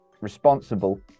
responsible